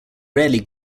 rarely